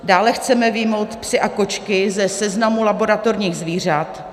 Dále chceme vyjmout psy a kočky ze seznamu laboratorních zvířat.